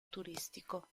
turistico